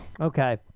Okay